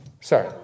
sorry